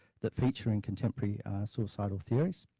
that feature and contemporary suicidal theories,